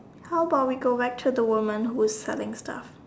how about we go back to the woman who is selling stuff